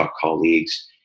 colleagues